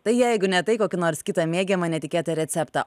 tai jeigu ne tai kokį nors kitą mėgiamą netikėtą receptą